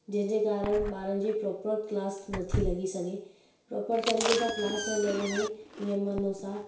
जंहिंजे कारण ॿारनि जी प्रॉपर क्लास नथी लॻी सघे प्रॉपर तरीक़े सां क्लास न लॻंदी नियम अनुसार